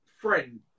friend